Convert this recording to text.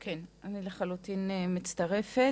כן, אני לחלוטין מצטרפת.